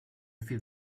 feed